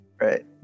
right